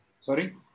Sorry